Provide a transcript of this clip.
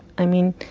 i mean,